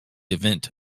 event